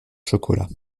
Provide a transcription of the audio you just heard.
chocolat